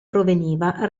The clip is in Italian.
proveniva